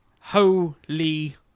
Holy